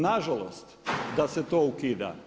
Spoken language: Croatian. Na žalost, da se to ukida.